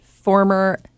Former